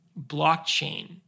blockchain